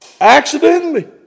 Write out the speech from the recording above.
accidentally